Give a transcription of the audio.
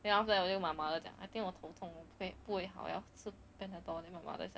then after anyway my mother 讲 I think 我头痛 hor 会不会好要吃 panadol then my mother 讲